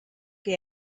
que